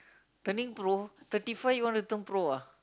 turning pro thirty five you want to turn pro ah